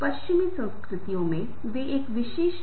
अब हम अर्थों को थोड़ा बदल देते हैं